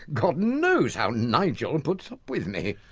god knows how nigel and puts up with me.